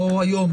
לא היום,